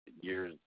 years